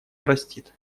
простит